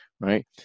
Right